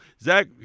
Zach